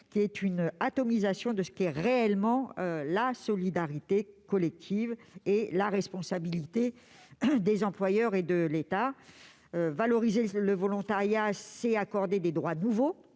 une atomisation de ce qu'est réellement la solidarité collective au lieu de recourir à la responsabilité des employeurs et de l'État. Valoriser le volontariat, c'est accorder des droits nouveaux